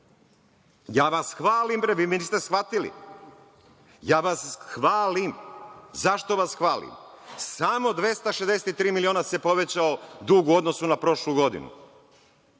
vas hvalim, bre. Vi me niste shvatili. Ja vas hvalim. Zašto vas hvalim? Samo 263 miliona se povećao dug u odnosu na prošlu godinu.